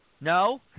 No